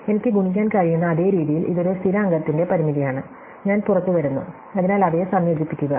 എനിക്ക് ഗുണിക്കാൻ കഴിയുന്ന അതേ രീതിയിൽ ഇത് ഒരു സ്ഥിരാങ്കത്തിന്റെ പരിമിതിയാണ് ഞാൻ പുറത്തുവരുന്നു അതിനാൽ അവയെ സംയോജിപ്പിക്കുക